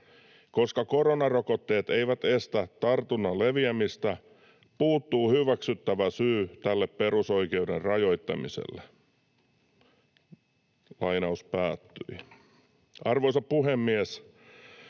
Koska koronarokotteet eivät estä tartunnan leviämistä, puuttuu hyväksyttävä syy tälle perusoikeuden rajoittamiselle.” Arvoisa puhemies!